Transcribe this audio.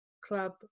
club